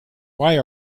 why